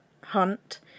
Hunt